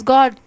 God